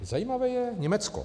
Zajímavé je Německo.